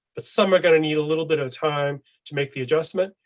but some are going to need a little bit of time to make the adjustment,